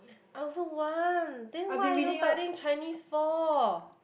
I also want then what are you fighting Chinese for